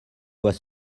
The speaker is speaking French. voix